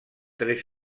tres